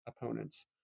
opponents